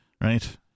right